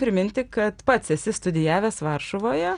priminti kad pats esi studijavęs varšuvoje